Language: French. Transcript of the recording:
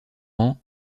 ans